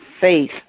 faith